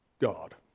God